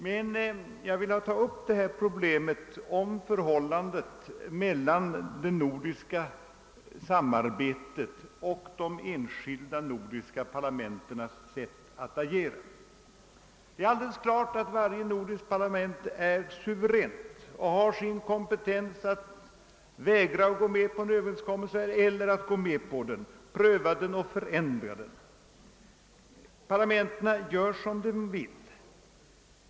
Men jag har velat ta upp detta problem om förhållandet mellan det nordiska samarbetet och de enskilda nordiska parlamentens sätt att agera. Det är alldeles klart att varje nordiskt parlament är suveränt och har kompetens att vägra gå med på en överenskommelse eller att gå med på den, att pröva den och förändra den. Parlamenten gör som de vill.